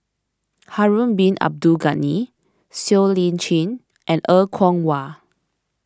Harun Bin Abdul Ghani Siow Lee Chin and Er Kwong Wah